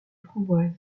framboise